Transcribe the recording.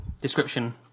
description